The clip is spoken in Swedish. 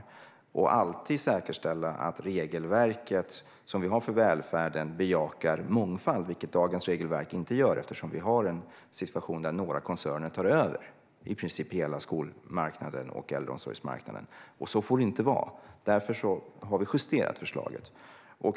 Vi måste alltid säkerställa att regelverket för välfärden bejakar mångfald, vilket dagens regelverk inte gör eftersom vi har en situation där några koncerner tar över i princip hela skolmarknaden och äldreomsorgsmarknaden. Så får det inte vara. Därför har vi justerat förslaget.